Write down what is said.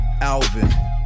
Alvin